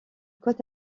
côte